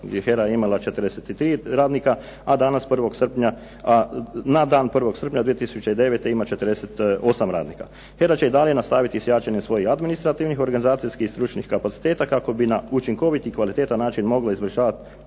bi HERA imala 43 radnika, a na dan 1. srpnja 2009. ima 48 radnika. HERA će i dalje nastaviti s jačanjem svojih administrativnih, organizacijskih i stručnih kapaciteta kako bi na učinkovit i kvalitetan način mogla izvršavati